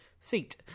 seat